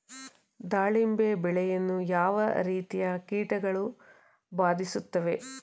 ದಾಳಿಂಬೆ ಬೆಳೆಯನ್ನು ಯಾವ ರೀತಿಯ ಕೀಟಗಳು ಬಾಧಿಸುತ್ತಿವೆ?